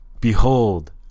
Behold